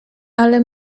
ale